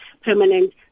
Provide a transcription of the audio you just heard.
permanent